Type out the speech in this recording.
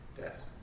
yes